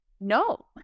no